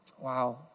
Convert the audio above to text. Wow